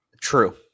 True